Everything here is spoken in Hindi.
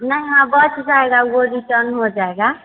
न हाँ बच जाएगा वो रिटन हो जाएगा